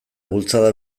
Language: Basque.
bultzada